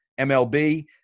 MLB